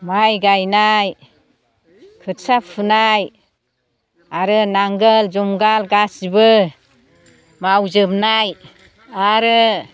माइ गायनाय खोथिया फुनाय आरो नांगोल जुंगाल गासिबो मावजोबनाय आरो